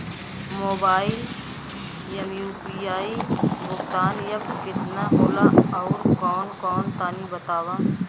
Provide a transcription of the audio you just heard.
Mobile म UPI भुगतान app केतना होला आउरकौन कौन तनि बतावा?